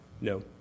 No